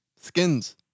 Skins